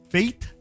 Faith